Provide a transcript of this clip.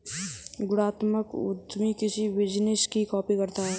गुणात्मक उद्यमी किसी बिजनेस की कॉपी करता है